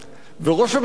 וראש הממשלה,